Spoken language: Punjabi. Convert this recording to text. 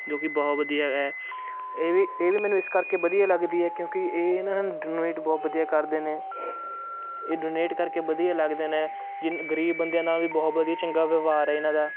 ਜੋ ਕਿ ਬਹੁਤ ਵਧੀਆ ਏ ਇਹ ਵੀ ਇਹ ਵੀ ਮੈਨੂੰ ਇਸ ਕਰਕੇ ਵਧੀਆ ਲੱਗਦੀ ਏ ਕਿਉਂਕਿ ਇਹ ਨਾ ਡੋਨੇਟ ਬਹੁਤ ਵਧੀਆ ਕਰਦੇ ਨੇ ਇਹ ਡੋਨੇਟ ਕਰਕੇ ਵਧੀਆ ਲੱਗਦੇ ਨੇ ਜਿਨ ਗਰੀਬ ਬੰਦਿਆਂ ਨਾਲ ਵੀ ਬਹੁਤ ਵਧੀਆ ਚੰਗਾ ਵਿਵਹਾਰ ਏ ਇਹਨਾਂ ਦਾ